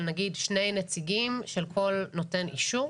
אבל נגיד שני נציגים של כל נותן אישור.